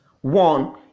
One